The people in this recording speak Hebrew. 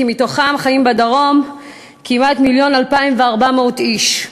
מתוכם חיים בדרום כמעט מיליון ו-240,000 איש,